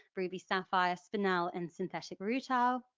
ruby, sapphire, spinel and synthetic rutile.